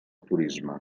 turisme